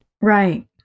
right